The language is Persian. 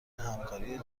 همکاری